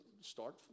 start